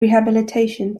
rehabilitation